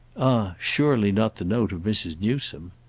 surely not the note of mrs. newsome.